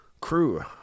crew